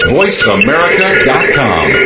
voiceamerica.com